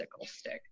stick